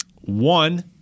One